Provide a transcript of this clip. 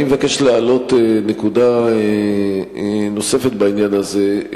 אני מבקש להעלות נקודה נוספת בעניין הזה,